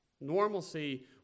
normalcy